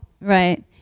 Right